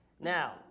Now